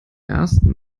ersten